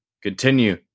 Continue